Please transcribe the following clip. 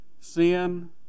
sin